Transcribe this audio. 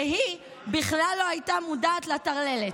שהיא בכלל לא הייתה מודעת לטרללת.